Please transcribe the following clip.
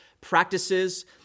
practices